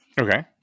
Okay